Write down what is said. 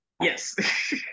Yes